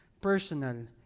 personal